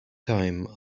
time